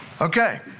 Okay